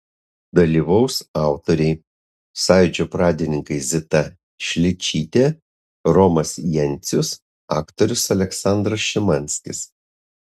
dalyvaus autoriai sąjūdžio pradininkai zita šličytė romas jencius aktorius aleksandras šimanskis